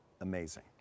Amazing